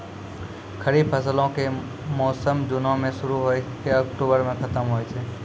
खरीफ फसलो के मौसम जूनो मे शुरु होय के अक्टुबरो मे खतम होय छै